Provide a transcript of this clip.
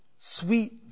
sweet